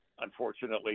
unfortunately